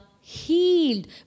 healed